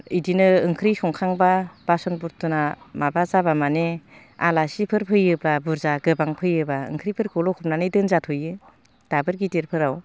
इदिनो ओंख्रि संखांब्ला बसान बुर्थना माबा जाब्ला मानि आलासिफोर फैयोब्ला बुरजा गोबां फैयोब्ला ओंख्रिफोरखौ लखबनानै दोनजाथ'यो दाबोर गिदिरफोराव